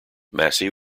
massey